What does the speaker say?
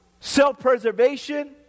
self-preservation